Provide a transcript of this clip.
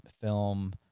film